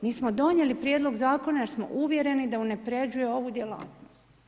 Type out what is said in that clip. Mi smo donijeli prijedlog zakona jer smo uvjereni da unaprjeđuje ovu djelatnost.